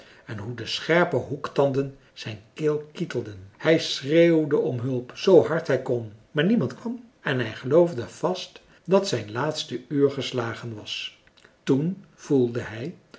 en hoe de scherpe hoektanden zijn keel kietelden hij schreeuwde om hulp zoo hard hij kon maar niemand kwam en hij geloofde vast dat zijn laatste uur geslagen was toen voelde hij